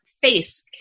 face